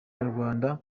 nyarwanda